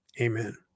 Amen